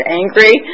angry